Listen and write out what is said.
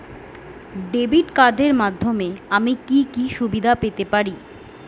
Debit কার্ডের মাধ্যমে আমি কি কি সুবিধা পেতে পারি?